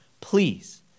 please